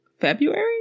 February